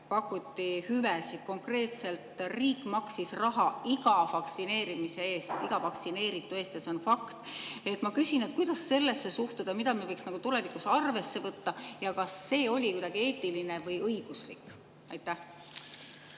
pakuti hüvesid. Riik konkreetselt maksis raha iga vaktsineerimise eest, iga vaktsineeritu eest ja see on fakt. Ma küsin, kuidas sellesse suhtuda. Mida me võiks tulevikus arvesse võtta ja kas see oli kuidagi eetiline või õiguslik? Aitäh!